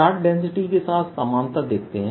charge density के साथ समानता देखते हैं